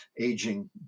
aging